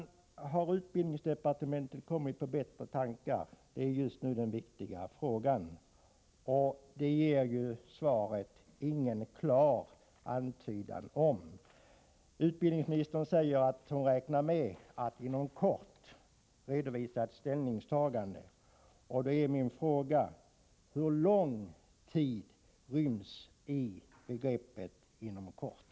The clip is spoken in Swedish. Har utbildningsdepartementet kommit på bättre tankar är just nu den viktiga frågan. Det ger svaret ingen klar antydan om. Utbildningsministern säger att hon räknar med att inom kort redovisa ett ställningstagande. Då är min fråga: Hur lång tid inrymmer begreppet inom kort?